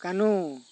ᱠᱟᱹᱱᱩ